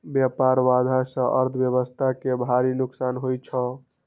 व्यापार बाधा सं अर्थव्यवस्था कें भारी नुकसान होइ छै